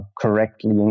correctly